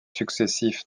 successifs